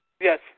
Yes